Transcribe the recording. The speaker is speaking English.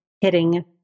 hitting